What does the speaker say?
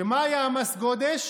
שמה היה מס הגודש?